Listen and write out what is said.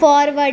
forward